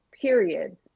period